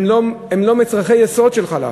לא מצרכי יסוד של חלב.